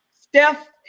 Steph